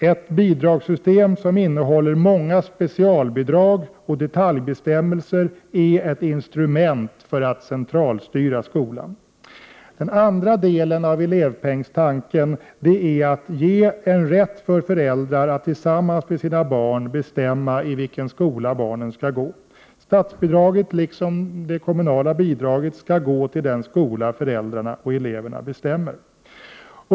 Ett bidragssystem som innehåller många specialbidrag och detaljbestämmelser är ett instrument för att centralstyra skolan. Den andra delen av elevpengstanken är att ge en rätt för föräldrar att tillsammans med sina barn bestämma i vilken skola barnen skall gå. Statsbidraget, liksom det kommunala bidraget, skall gå till den skola som föräldrarna och eleverna väljer.